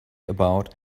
about